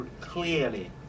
clearly